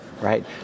Right